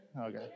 Okay